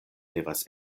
devas